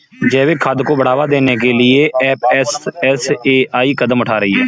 जैविक खाद को बढ़ावा देने के लिए एफ.एस.एस.ए.आई कदम उठा रही है